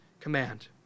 command